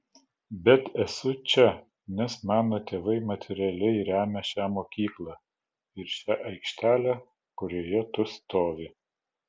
bet esu čia nes mano tėvai materialiai remia šią mokyklą ir šią aikštelę kurioje tu stovi